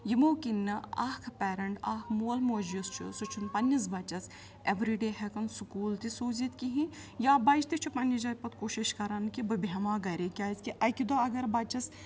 یِمو کِنۍ نہٕ اکھ پیرَنٹ اَکھ مول موج یُس چھُ سُہ چھُنہٕ پَننِس بَچَس ایٚوری ڈے ہٮ۪کان سکوٗل تہِ سوٗزِتھ کِہیٖنۍ یا بَچہِ تہِ چھُ پنٛنہِ جایہِ پَتہٕ کوٗشِش کَران کہِ بہٕ بیٚہمہ ہہ گَری کیٛازِکہِ اَکہِ دۄہ اگر بَچَس